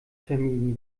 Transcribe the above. vermieden